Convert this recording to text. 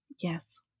Yes